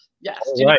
Yes